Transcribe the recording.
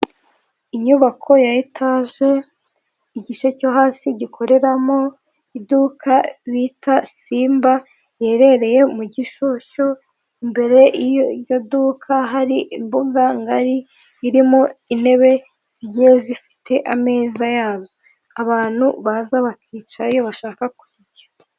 Inyubako ya etaje igice cyo hasi gikoreramo iduka bita simba riherereye mu Gishushyu. Imbere y'iryo duka hari imbuga ngari irimo intebe zigiye zifite ameza yazo, abantu baza bakicara iyo bashaka kurya.